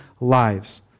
lives